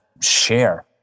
share